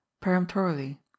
peremptorily